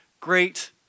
great